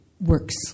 works